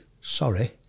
sorry